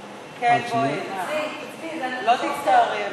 מס' 5) (השעיית מירוץ תקופת ההתיישנות),